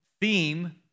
theme